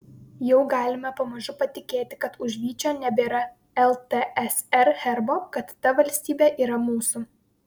jau galime pamažu patikėti kad už vyčio nebėra ltsr herbo kad ta valstybė yra mūsų